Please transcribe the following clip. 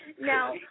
Now